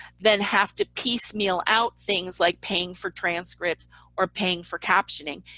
than have to piece meal out things like paying for transcripts or paying for captioning.